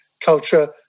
culture